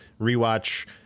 Rewatch